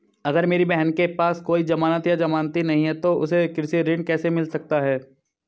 अगर मेरी बहन के पास कोई जमानत या जमानती नहीं है तो उसे कृषि ऋण कैसे मिल सकता है?